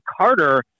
Carter